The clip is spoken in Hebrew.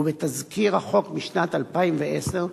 ובתזכיר החוק בשנת 2010,